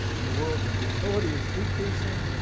in the world the fertility is decreasing,